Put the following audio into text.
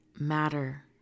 matter